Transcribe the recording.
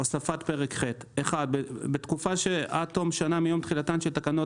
הוספת פרק ח' בתקופה שעד תום שנה מיום תחילתן של תקנות